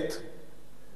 ערוץ-10,